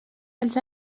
els